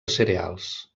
cereals